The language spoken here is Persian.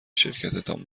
شرکتتان